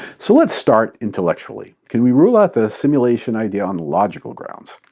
so let's start intellectually. can we rule out the simulation idea on logical grounds?